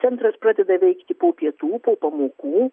centras pradeda veikti po pietų po pamokų